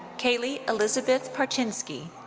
kaley elizabeth parchinski.